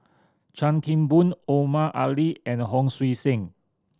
Chan Kim Boon Omar Ali and Hon Sui Sen